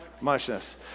Muchness